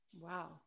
Wow